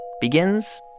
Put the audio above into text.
begins